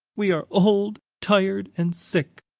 we are old, tired, and sick.